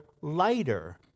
lighter